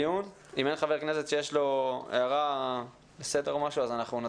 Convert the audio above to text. אין חבר כנסת שיש לו הערה לסדר או משהו, נתחיל.